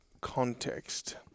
context